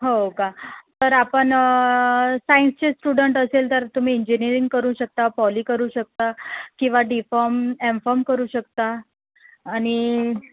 हो का तर आपण सायन्सचे स्टुडंट असेल तर तुम्ही इंजिनीअरिंग करू शकता पॉली करू शकता किंवा डी फार्म एम फार्म करू शकता आणि